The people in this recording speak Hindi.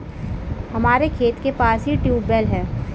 हमारे खेत के पास ही ट्यूबवेल है